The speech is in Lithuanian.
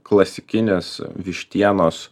klasikinis vištienos